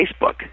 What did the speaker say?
Facebook